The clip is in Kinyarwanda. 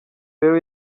rero